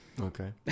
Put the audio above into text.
Okay